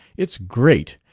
it's great!